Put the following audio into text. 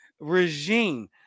regime